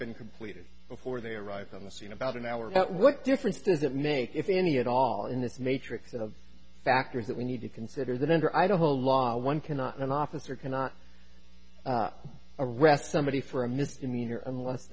been completed before they arrived on the scene about an hour but what difference does it make if any at all in this matrix of factors that we need to consider that under idaho law one cannot an officer cannot arrest somebody for a misdemeanor unless